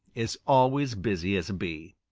is always busy as a bee.